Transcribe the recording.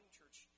church